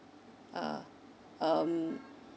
uh um